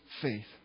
faith